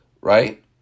right